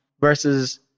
versus